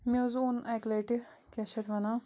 مےٚ حظ اوٚن اَکہِ لَٹہِ کیٛاہ چھِ اتھ وَنان